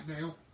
now